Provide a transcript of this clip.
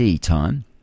time